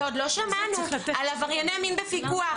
ועוד לא שמענו על עברייני המין בפיקוח,